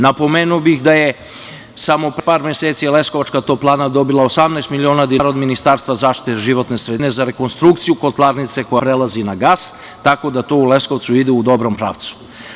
Napomenuo bih da je samo pre par meseci leskovačka toplana dobila 18 miliona dinara od Ministarstva za zaštitu životne sredine za rekonstrukciju kotlarnice koja prelazi na gas, tako da to u Leskovcu ide u dobrom pravcu.